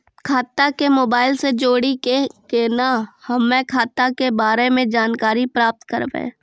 खाता के मोबाइल से जोड़ी के केना हम्मय खाता के बारे मे जानकारी प्राप्त करबे?